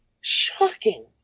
shocking